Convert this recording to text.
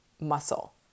muscle